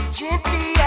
gently